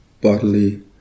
bodily